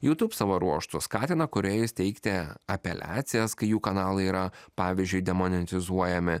jutūb savo ruožtu skatina kūrėjus teikti apeliacijas kai jų kanalai yra pavyzdžiui demonetizuojami